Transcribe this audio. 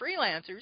freelancers